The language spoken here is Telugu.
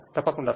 తప్పకుండా సార్